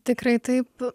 tikrai taip